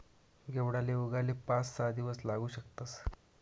घेवडाले उगाले पाच सहा दिवस लागू शकतस